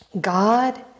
God